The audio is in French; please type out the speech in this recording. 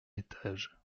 étage